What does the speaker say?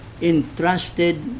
entrusted